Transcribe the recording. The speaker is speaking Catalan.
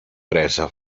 presa